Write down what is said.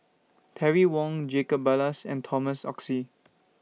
Terry Wong Jacob Ballas and Thomas Oxley